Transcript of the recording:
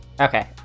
Okay